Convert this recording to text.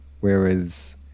Whereas